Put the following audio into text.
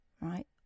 right